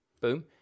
Boom